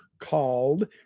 called